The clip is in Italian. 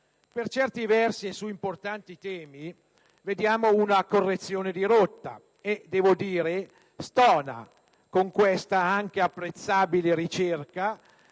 Per certi versi e su importanti temi vediamo una correzione di rotta e, a mio avviso, stona con questa ampia ed apprezzabile ricerca